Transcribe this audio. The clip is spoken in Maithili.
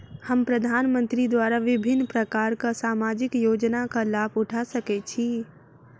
हम प्रधानमंत्री द्वारा विभिन्न प्रकारक सामाजिक योजनाक लाभ उठा सकै छी?